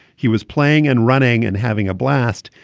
he was playing and running and having a blast.